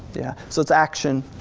yeah so it's action,